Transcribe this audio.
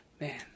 Man